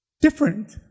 different